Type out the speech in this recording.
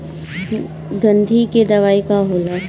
गंधी के दवाई का होला?